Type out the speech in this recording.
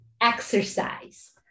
exercise